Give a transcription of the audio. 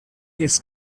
his